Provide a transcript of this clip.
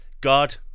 God